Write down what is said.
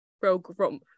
Program